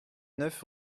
neuf